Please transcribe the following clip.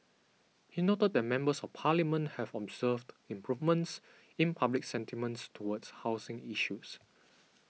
he noted that Members of Parliament have observed improvements in public sentiments towards housing issues